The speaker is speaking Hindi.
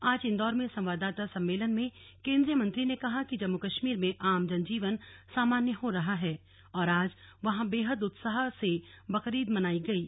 आज इंदौर में संवाददाता सम्मेलन में केंद्रीय मंत्री ने कहा कि जम्मू कश्मीर में आम जनजीवन सामान्य हो रहा है और आज वहां बेहद उत्साह से बकरीद मनायी गयी